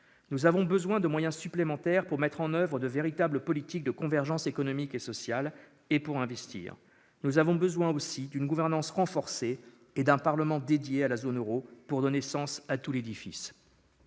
Nous avons besoin de moyens supplémentaires pour mettre en oeuvre de véritables politiques de convergences économiques et sociales et pour investir. Nous avons besoin aussi d'une gouvernance renforcée et d'un Parlement dédié à la zone euro pour donner sens à tout l'édifice.